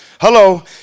Hello